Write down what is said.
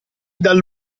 dal